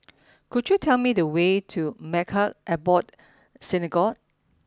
could you tell me the way to Maghain Aboth Synagogue